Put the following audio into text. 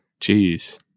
Jeez